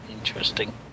interesting